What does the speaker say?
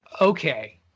Okay